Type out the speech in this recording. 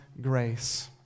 grace